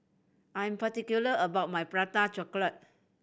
I'm particular about my Prata Chocolate